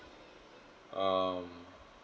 um